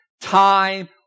time